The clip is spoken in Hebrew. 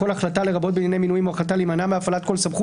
"כל החלטה לרבות בענייני מינויים או החלטה להימנע כל סמכות",